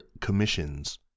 commissions